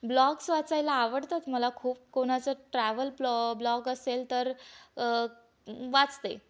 blogs वाचायला आवडतात मला खूप कोणाचं ट्रॅव्हल प्लॉ ब्लॉग असेल तर वाचते